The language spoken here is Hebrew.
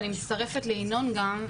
אני מצטרפת לינון גם,